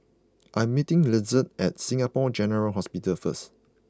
I'm meeting Izetta at Singapore General Hospital first